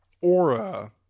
aura